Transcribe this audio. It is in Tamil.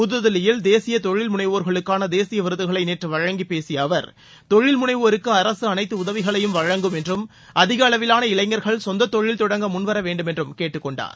புதுதில்லியில் தேசிய தொழில் முனைவோர்களுக்காள தேசிய விருதுகளை நேற்று வழங்கிப் பேசிய அவர் தொழில் முளைவோருக்கு அரசு அளைத்து உதவிகளையும் வழங்கும் என்றும் அதிக அளவிவான இளைஞர்கள் சொந்தத் தொழில் தொடங்க முன்வர வேண்டும் என்றும் கேட்டுக் கொண்டார்